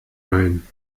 ein